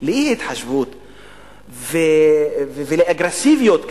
לאי-התחשבות ולאגרסיביות,